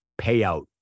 payout